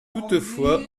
toutefois